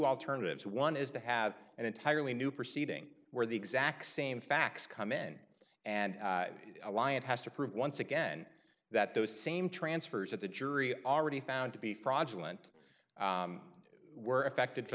alternatives one is to have an entirely new proceeding where the exact same facts come in and a lie it has to prove once again that those same transfers that the jury already found to be fraudulent were affected for